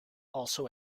also